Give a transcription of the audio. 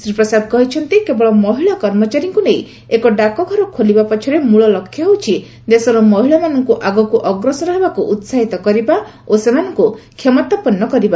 ଶ୍ରୀ ପ୍ରସାଦ କହିଛନ୍ତି କେବଳ ମହିଳା କର୍ମଚାରୀମାନଙ୍କୁ ନେଇ ଏକ ଡାକଘର ଖୋଲିବା ପଛରେ ମୂଳଲକ୍ଷ୍ୟ ହେଉଛି ଦେଶର ମହିଳାମାନଙ୍କୁ ଆଗକୁ ଅଗ୍ରସର ହେବାକୁ ଉତ୍ସାହିତ କରିବା ଓ ସେମାନଙ୍କୁ କ୍ଷମତାପନ୍ନ କରିବା